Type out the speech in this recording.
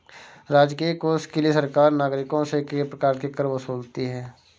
राजकीय कोष के लिए सरकार नागरिकों से कई प्रकार के कर वसूलती है